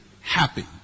happy